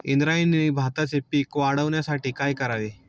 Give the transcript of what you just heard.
इंद्रायणी भाताचे पीक वाढण्यासाठी काय करावे?